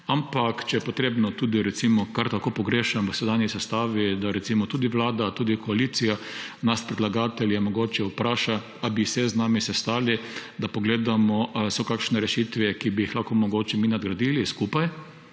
ampak če je potrebno, kar tako pogrešam v sedanji sestavi, da recimo tudi Vlada, tudi koalicija nas predlagatelje mogoče vpraša, ali bi se z nami sestali, da pogledamo, ali so kakšne rešitve, ki bi jih lahko mogoče mi nadgradili skupaj,